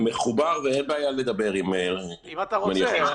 אם אתה רוצה,